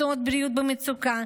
מקצועות בריאות במצוקה,